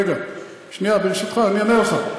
רגע, שנייה, ברשותך, אני אענה לך.